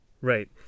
Right